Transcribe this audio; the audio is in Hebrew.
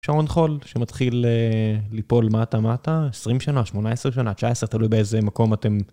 שעון חול שמתחיל ליפול מטה מטה, 20 שנה, 18 שנה, 19, תלוי באיזה מקום אתם...